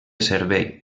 servei